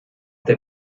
der